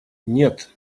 нет